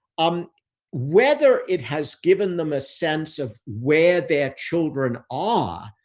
um whether it has given them a sense of where their children are,